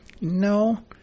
No